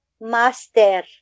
master